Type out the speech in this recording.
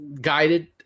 guided